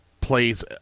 plays